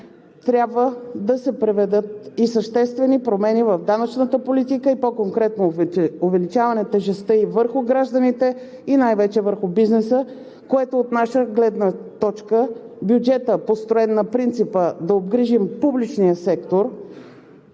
трябва да се приведат и съществени промени в данъчната политика и по-конкретно увеличаване тежестта ѝ върху гражданите и най-вече върху бизнеса, което е от наша гледна точка – бюджетът, построен на принципа „да обгрижим публичния сектор“,